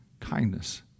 kindness